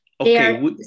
okay